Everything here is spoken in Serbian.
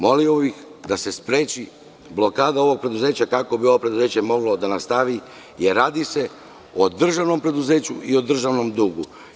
Molio bih da se spreči blokada ovog preduzeća kako bi ovo preduzeće moglo da nastavi, jer se radi o državnom preduzeću i o državnom dugu.